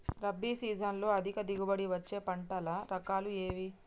రబీ సీజన్లో అధిక దిగుబడి వచ్చే పంటల రకాలు ఏవి?